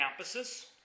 campuses